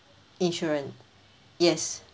insurance yes